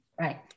Right